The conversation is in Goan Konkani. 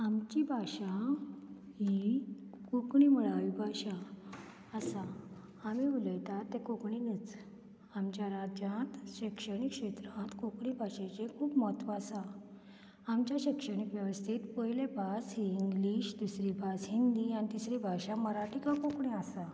आमची भाशा ही कोंकणी मुळावी भाशा आसा आमी उलयतात तें कोंकणीनूच आमच्या राज्यांत शिक्षणींत क्षेत्रांत कोंकणी भाशेचें खूब म्हत्व आसा आमच्या शिक्षणीक वेवस्थेंत पयलें भास ही इंग्लीश दुसरीं भास हिंदी आनी तिसरी भाशा मराठी वा कोंकणी आसा